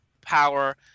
power